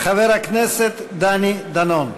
הכנסת דני דנון.